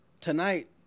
tonight